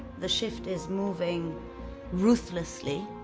the shift is moving ruthlessly,